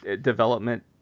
development